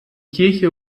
kirche